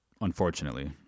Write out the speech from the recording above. unfortunately